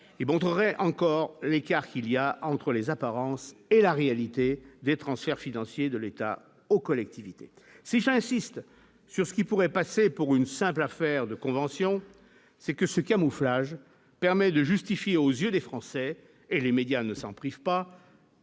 et montrerait encore l'écart qu'il y a entre les apparences et la réalité des transferts financiers de l'État aux collectivités si j'insiste sur ce qui pourrait passer pour une simple affaire de convention, c'est que ce camouflage permet de justifier aux yeux des Français et les médias ne s'en prive pas